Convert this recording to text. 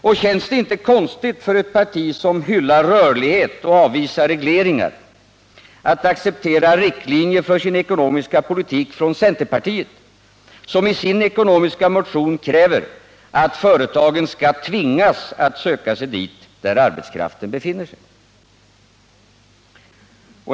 Och känns det inte konstigt för ett parti, som hyllar rörlighet och avvisar regleringar, att acceptera riktlinjer för sin ekonomiska politik från centerpartiet, som i sin ekonomiska motion kräver att företagen skall tvingas att söka sig dit där arbetskraften befinner sig?